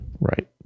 Right